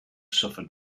suffered